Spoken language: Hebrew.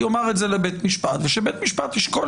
יאמר את זה לבית המשפט ובית המשפט ישקול